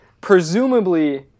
presumably